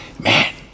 Man